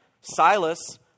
Silas